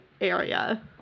area